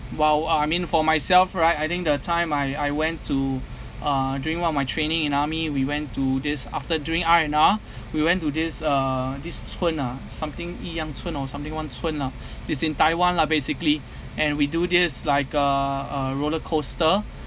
!wow! uh I mean for myself right I think that time I I went to uh during one of my training in army we went to this after doing R_N_R we went to this uh this ah something or something lah it's in taiwan lah basically and we do this like uh a roller coaster